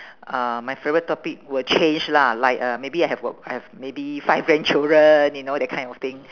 uh my favourite topic will change lah like uh maybe I have got I have maybe five grandchildren you know that kind of thing